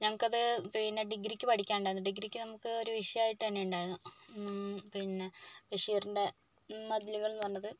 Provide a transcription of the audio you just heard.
ഞങ്ങൾക്കത് പിന്നെ ഡിഗ്രിക്ക് പഠിക്കാൻ ഉണ്ടായിരുന്നു ഡിഗ്രിക്ക് നമുക്ക് ഒരു വിഷയം ആയിട്ട് തന്നെ ഉണ്ടായിരുന്നു പിന്നെ ബഷീറിൻ്റെ മതിലുകൾ എന്നു പറഞ്ഞത്